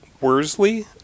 Worsley